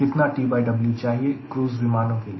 कितना TW चाहिए cruise विमानों के लिए